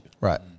Right